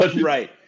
Right